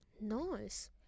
Nice